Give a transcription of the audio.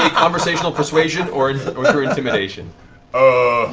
and conversational persuasion or through intimidation? ah